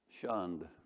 shunned